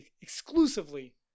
exclusively